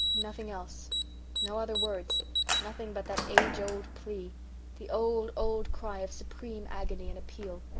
nothing else no other words nothing but that age old plea the old, old cry of supreme agony and appeal,